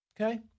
okay